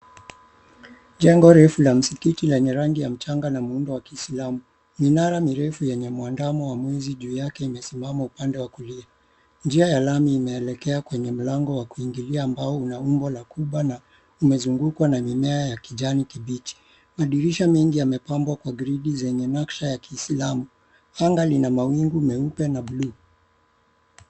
Jengo refu la msikiti lenye rangi ya mchanga na muundo wa kiislamu . Minara mirefu yenye mwandamo wa mwezi juu yake imesimama upande wa kulia. Njia ya lami imeelekea kwenye mlango wa kuingilia ambao una umbo la kuba na umezungukwa na mimea ya kijani kibichi. Madirisha mengi yamepambwa kwa gridi zenye naksha ya kiislamu. Anga lina mawingu meupe na blue .